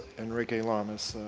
enrique lamas,